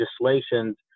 legislations